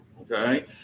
okay